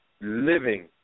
living